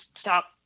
stop